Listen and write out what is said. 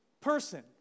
Person